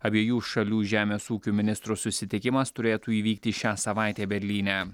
abiejų šalių žemės ūkių ministrų susitikimas turėtų įvykti šią savaitę berlyne